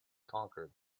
conquer